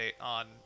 on